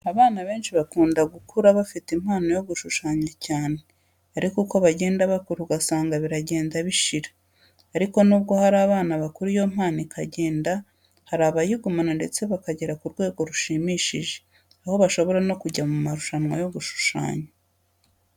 Abana benshi bakunda gukura bafite impano yo gushushanya cyane, ariko uko bagenda bakura ugasanga biragenda bishira. Ariko nubwo hari abana bakura iyo mpano ikagenda, hari abayigumana ndetse bakagera ku rwego rushimishije, aho bashobora no kujya mu marushanwa yo gushushanya.